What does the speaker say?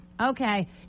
okay